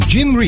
Jim